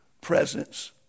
presence